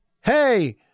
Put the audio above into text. Hey